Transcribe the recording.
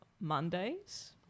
Mondays